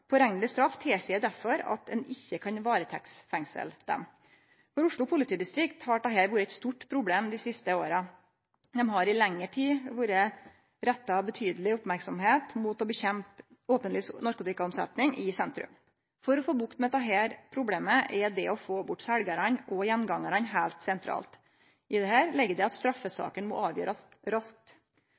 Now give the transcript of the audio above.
dagar. Pårekneleg straff tilseier derfor at ein ikkje kan varetektsfengsle dei. For Oslo politidistrikt har dette vore eit stort problem dei siste åra. Det har i lengre tid vore retta betydeleg merksemd mot å bekjempe openlys narkotikaomsetjing i sentrum. For å få bukt med dette problemet er det å få bort seljarane og gjengangarane heilt sentralt. I dette ligg det at straffesakene må avgjerast raskt.